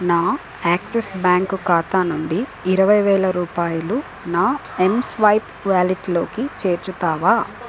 నా Axis bank ఖాతా నుండి ఇరవై వేల రూపాయలు నా ఎంస్వైప్ వాలెట్ లోకి చేర్చుతావా